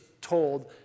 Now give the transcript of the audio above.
told